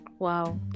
wow